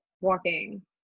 walking